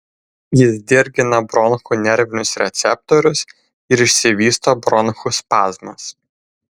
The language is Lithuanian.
jis dirgina bronchų nervinius receptorius ir išsivysto bronchų spazmas